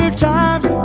job